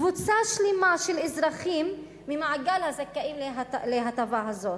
קבוצה שלמה של אזרחים ממעגל הזכאים להטבה הזאת?